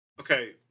Okay